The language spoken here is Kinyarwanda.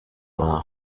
wawe